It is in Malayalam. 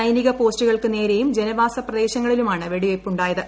സൈനീക പോസ്റ്റുകൾക്ക് നേരെയും ജനവാസ പ്രദേശങ്ങളിലുമാണ് വെടിവയ്പ് ഉായത്